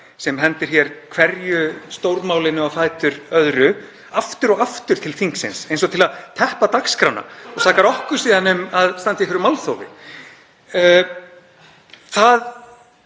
sem hendir hér hverju stórmálinu á fætur öðru aftur og aftur til þingsins eins og til að teppa dagskrána og sakar okkur síðan um að standa í málþófi. Það